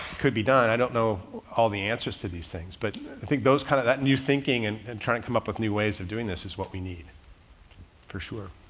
could be done. i don't know all the answers to these things, but i think those kind of that new thinking and and try and come up with new ways of doing this is what we need for sure.